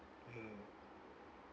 mmhmm